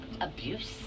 abuse